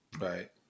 Right